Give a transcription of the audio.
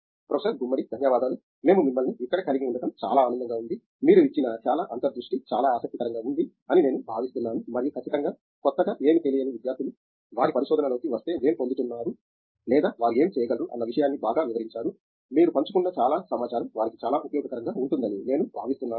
professor Gummadi ధన్యవాదాలు మేము మిమ్మల్ని ఇక్కడ కలిగి ఉండటం చాలా ఆనందంగా ఉంది మీరు ఇచ్చిన చాలా అంతర్దృష్టి చాలా ఆసక్తికరంగా ఉంది అని నేను భావిస్తున్నాను మరియు ఖచ్చితంగా కొత్తగా ఏమీ తెలియని విద్యార్థులు వారు పరిశోధన లోకి వస్తే వారు ఏమి పొందుతున్నారు లేదా వారు ఏమి చేయగలరు అన్న విషయాన్ని బాగా వివరించారు మీరు పంచుకున్న చాలా సమాచారం వారికి చాలా ఉపయోగకరంగా ఉంటుందని నేను భావిస్తున్నాను